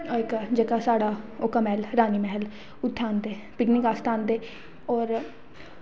जेह्का साढ़ा ओह्का मैह्ल रानी मैह्ल उत्थें औंदे ते नुहाड़े आस्तै औंदे होर